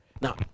Now